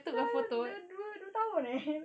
dah dah dua dua tahun eh